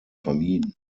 vermieden